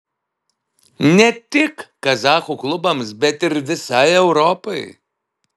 ne tik kazachų klubams bet ir visai europai